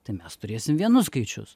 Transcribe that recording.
tai mes turėsim vienus skaičius